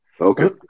Okay